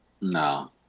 No